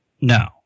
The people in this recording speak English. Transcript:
No